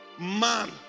man